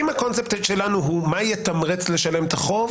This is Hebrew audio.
אם הקונספט שלנו הוא מה יתמרץ לשלם את החוב